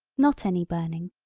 not any burning,